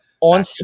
on